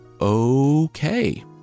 Okay